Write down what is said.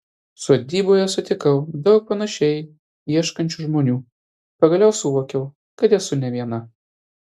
sodyboje sutikau daug panašiai ieškančių žmonių pagaliau suvokiau kad esu ne viena